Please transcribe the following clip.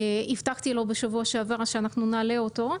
הבטחתי לו בשבוע שעבר שאנחנו נעלה אותו,